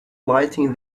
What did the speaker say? lighting